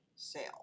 sale